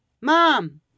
Mom